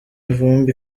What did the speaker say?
vumbi